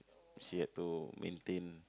still have to maintain